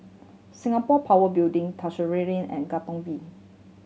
Singapore Power Building Lane and Katong V